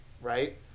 right